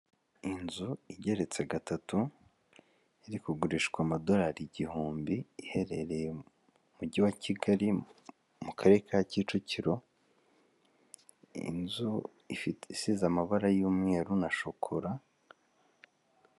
Inzu igeretse gatatu iri kugurishwa amadolari igihumbi, iherereye mu mujyi wa Kigali mu karere ka Kicukiro, inzu ifite isize amabara y'umweru na shokora.